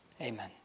Amen